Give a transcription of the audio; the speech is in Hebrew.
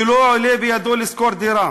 שלא עולה בידו לשכור דירה.